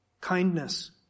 kindness